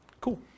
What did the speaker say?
Cool